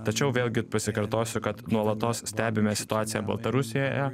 tačiau vėlgi pasikartosiu kad nuolatos stebime situaciją baltarusijoje